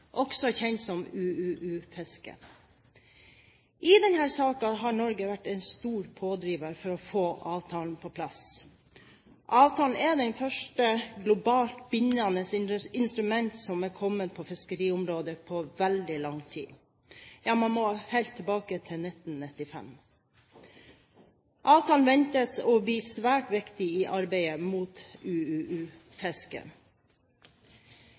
også kjent som UUU-fiske. I denne saken har Norge vært en stor pådriver for å få avtalen på plass. Avtalen er det første globalt bindende instrument som er kommet på fiskeriområdet på veldig lang tid – ja, man må helt tilbake til 1995. Avtalen ventes å bli svært viktig i arbeidet mot